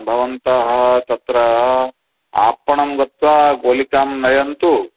भवन्तः तत्र आपणं गत्वा गुलिकां नयन्तु